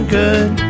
good